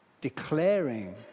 declaring